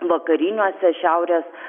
vakariniuose šiaurės